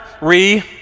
re